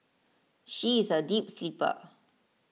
she is a deep sleeper